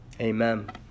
Amen